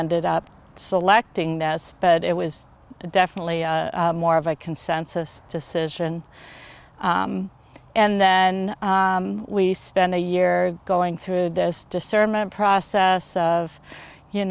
ended up selecting this but it was definitely more of a consensus decision and then we spent a year going through this discernment process of you